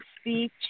speech